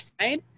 side